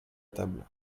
table